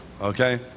okay